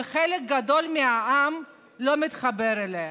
וחלק גדול מהעם לא מתחבר אליה.